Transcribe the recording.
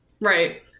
right